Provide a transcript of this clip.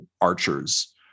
archers